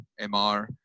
MR